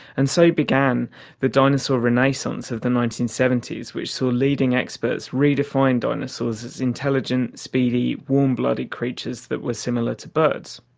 and so began the dinosaur renaissance of the nineteen seventy s, which saw leading experts redefine dinosaurs as intelligent, speedy, warm-blooded creatures that were similar to birds.